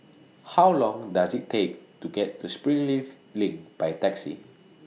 How Long Does IT Take to get to Springleaf LINK By Taxi